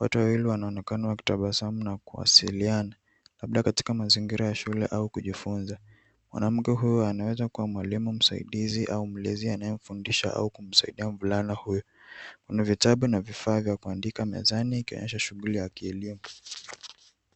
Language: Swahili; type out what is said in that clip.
Wote wawili wanaonekana wakitabasamu na kuwasiliana labda katika mazingira ya shule au kujifunza. Mwanamke huyu anaweza kuwa mwalimu msaidizi au mlezi anayemfundisha au kumsaidia mvulana huyu. Kuna vitabu na vifaa vya kuandika mezani ikionyesha shughuli ya kielimu.